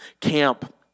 camp